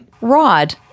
Rod